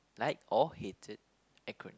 liked or hated acronym